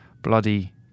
bloody